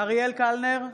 אריאל קלנר,